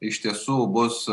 iš tiesų bus